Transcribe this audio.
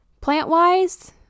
plant-wise